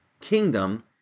kingdom